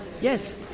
yes